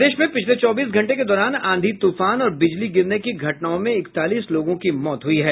प्रदेश में पिछले चौबीस घंटे के दौरान आंधी तूफान और बिजली गिरने की घटनाओं में इकतालीस लोगों की मौत हुई हैं